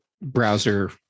browser